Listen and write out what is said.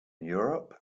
europe